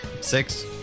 Six